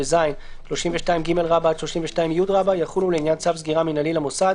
ו-(ז) ו-32ג עד 32י יחולו לעניין צו סגירה מינהלי למוסד,